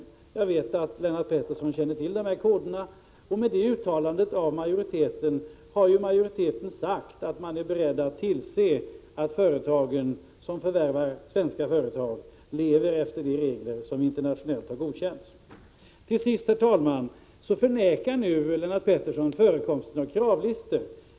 Jag vet att Lennart Pettersson känner till dessa koder, och med detta uttalande har majoriteten sagt att man är beredd att tillse att de företag som förvärvar svenska företag lever efter de regler som har godkänts internationellt. Herr talman! Lennart Pettersson förnekar nu förekomsten av kravlistor.